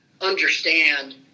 understand